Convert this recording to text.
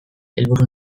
helburu